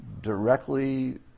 directly